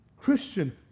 Christian